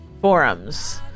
forums